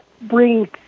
bring